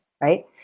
right